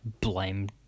blame